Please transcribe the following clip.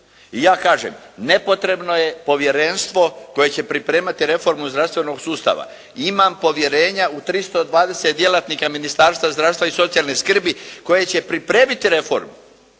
i ja kažem nepotrebno je povjerenstvo koje će pripremati reformu zdravstvenog sustava imam povjerenja u 320 djelatnika Ministarstva zdravstva i socijalne skrbi koji će pripremiti reformu,